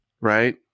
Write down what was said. right